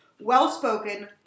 well-spoken